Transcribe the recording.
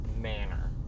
manner